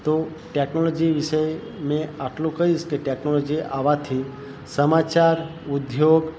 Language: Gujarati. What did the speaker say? તો ટેકનોલોજી વિશે મેં એટલું કઈશ કે ટેકનોલોજી આવવાથી સમાચાર ઉદ્યોગ